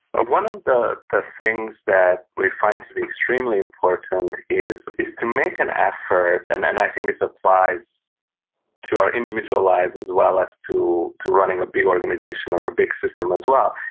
ah one of the the things that we find to be extremely important is is to make an effort, and and i think this applies to our individual lives as well as to to running a big organization or a big system as well,